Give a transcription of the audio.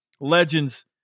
legends